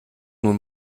nun